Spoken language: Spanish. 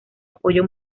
apoyo